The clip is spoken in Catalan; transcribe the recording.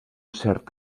cert